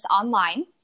online